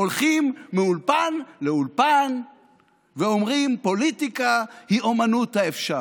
הולכים מאולפן לאולפן ואומרים: פוליטיקה היא אומנות האפשר.